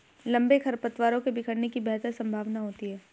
लंबे खरपतवारों के बिखरने की बेहतर संभावना होती है